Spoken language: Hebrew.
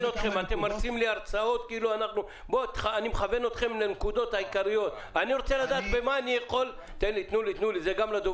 לא רוצה להיכנס למונחים אבל יש גם היתר